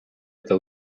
eta